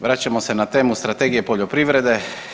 Vraćamo se na temu Strategije poljoprivrede.